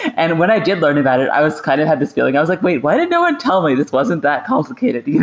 and when i did learn about it, i kind of have this feeling. i was like, wait. why did no one tell me this wasn't that complicated? yeah